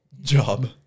Job